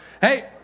Hey